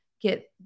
get